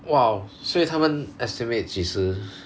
!wow! 所以他们 estimates 几时